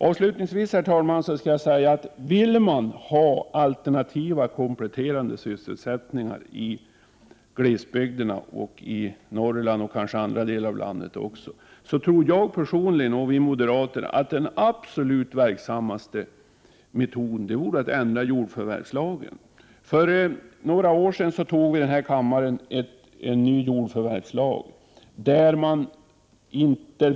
Om man vill ha alternativa, kompletterande sysselsättningar i glesbygderna—i Norrland och kanske också i andra delar av landet — så tror vi moderater och jag personligen att den absolut verksammaste metoden vore att ändra jordförvärvslagen. För några år sedan antog kammaren en ny jordförvärvslag.